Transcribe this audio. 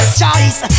choice